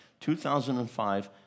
2005